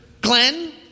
Glenn